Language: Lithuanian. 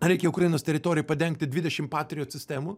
reikia ukrainos teritorijai padengti dvidešim patriot sistemų